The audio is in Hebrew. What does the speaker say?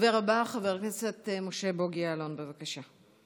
הדובר הבא, חבר הכנסת משה בוגי יעלון, בבקשה.